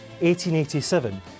1887